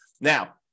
now